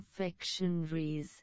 confectionaries